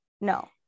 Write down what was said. No